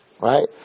right